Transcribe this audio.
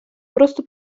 просто